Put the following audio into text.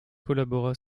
collabora